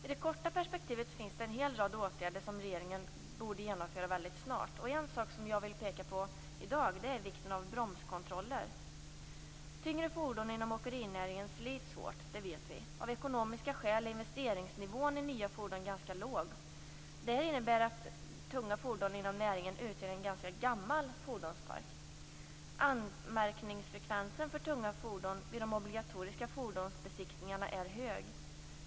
I det korta perspektivet finns en hel rad åtgärder som regeringen borde genomföra väldigt snart. En sak som jag vill peka på i dag är vikten av bromskontroller. Tyngre fordon inom åkerinäringen slits hårt, det vet vi. Av ekonomiska skäl är investeringsnivån vad gäller nya fordon ganska låg. Det innebär att tunga fordon inom näringen utgör en ganska gammal fordonspark. Anmärkningsfrekvensen för tunga fordon vid de obligatoriska fordonsbesiktningarna är hög.